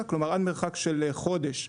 באזורים שבהם הקרקע לא שווה כלום,